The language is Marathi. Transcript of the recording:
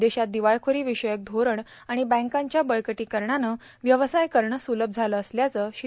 देशात दिवाळखोरी विषयक धोरण आणि बँकांच्या बळकटी करणानं व्यवसाय करणं सुलभ झालं असल्याचं श्री